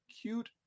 cute